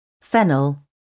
fennel